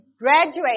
graduate